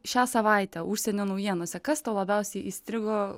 šią savaitę užsienio naujienose kas tau labiausiai įstrigo